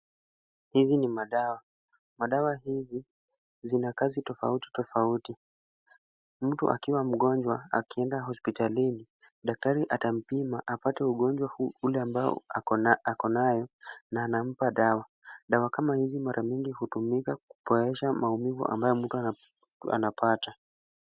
Hizi ni madawa. Madawa hizi zina kazi tofauti tofauti. Mtu akiwa mgonjwa akienda hospitalini, daktari atampima apate ugonjwa ule ambayo ako nayo na anampa dawa. Dawa kama hizi mara nyingi hutumika kupoesha maumivu anapata.